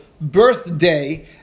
birthday